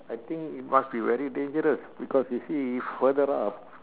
I think it must be very dangerous because you see further up